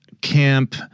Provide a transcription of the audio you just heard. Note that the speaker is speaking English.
camp